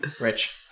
Rich